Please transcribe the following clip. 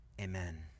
Amen